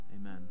amen